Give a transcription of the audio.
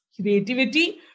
creativity